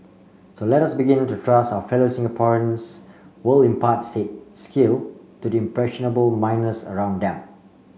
so let us begin to trust our fellow Singaporeans will impart said skill to the impressionable minors around them